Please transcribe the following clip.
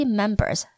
members